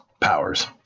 powers